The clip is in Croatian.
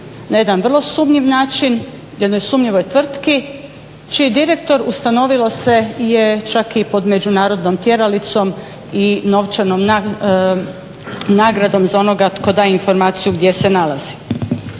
na jedan vrlo sumnjiv način, jednoj sumnjivoj tvrtci čiji direktor, ustanovilo se je čak i pod međunarodnom tjeralicom i novčanom nagradom za onog tko da informaciju gdje se nalazi.